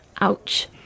Ouch